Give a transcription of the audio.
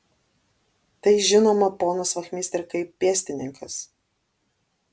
tai žinoma ponas vachmistre kaip pėstininkas